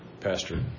Pastor